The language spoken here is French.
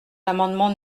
l’amendement